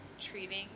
treating